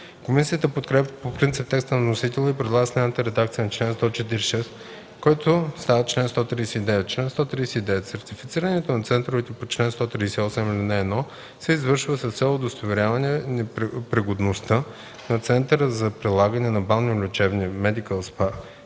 Комисията подкрепя по принцип текста на вносителя и предлага следната редакция на чл. 146, който става чл. 139: „Чл. 139. Сертифицирането на центровете по чл. 138, ал. 1 се извършва с цел удостоверяване пригодността на центъра за предлагане на балнеолечебни (медикъл